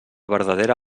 verdadera